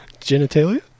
genitalia